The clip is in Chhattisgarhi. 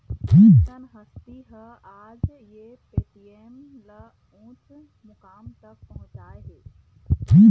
अइसन हस्ती ह आज ये पेटीएम ल उँच मुकाम तक पहुचाय हे